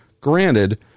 Granted